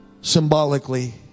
symbolically